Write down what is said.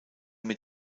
mit